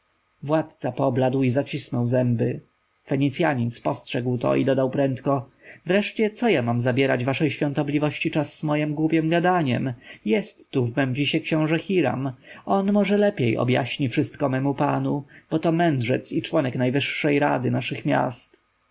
władca pobladł i zacisnął zęby fenicjanin spostrzegł się i dodał prędko wreszcie co ja mam zabierać waszej świątobliwości czas mojem głupiem gadaniem jest tu w memfisie książę hiram on może lepiej objaśni wszystko memu panu bo to mędrzec i członek najwyższej rady naszych miast